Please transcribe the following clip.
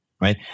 right